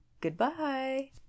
Goodbye